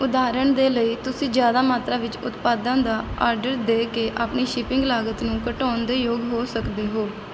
ਉਦਾਹਰਣ ਦੇ ਲਈ ਤੁਸੀਂ ਜ਼ਿਆਦਾ ਮਾਤਰਾ ਵਿੱਚ ਉਤਪਾਦਾਂ ਦਾ ਆਡਰ ਦੇ ਕੇ ਆਪਣੀ ਸ਼ਿਪਿੰਗ ਲਾਗਤ ਨੂੰ ਘਟਾਉਣ ਦੇ ਯੋਗ ਹੋ ਸਕਦੇ ਹੋ